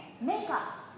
Makeup